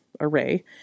array